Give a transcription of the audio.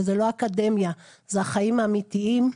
וזה לא אקדמיה, זה החיים האמיתיים.